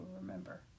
remember